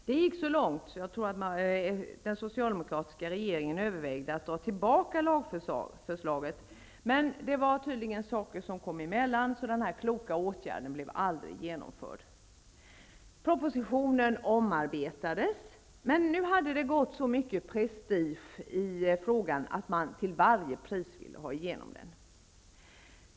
Det gick så långt att den socialdemokratiska regeringen övervägde att dra tillbaka lagförslaget. Men det var tydligen saker som kom emellan, så denna kloka åtgärd blev aldrig genomförd. Propositionen omarbetades. Men nu hade det gått så mycket prestige i frågan att man till varje pris ville ha igenom förslaget.